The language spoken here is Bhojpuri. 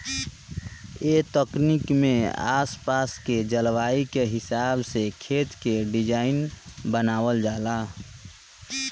ए तकनीक में आस पास के जलवायु के हिसाब से खेत के डिज़ाइन बनावल जाला